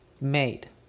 made